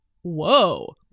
Whoa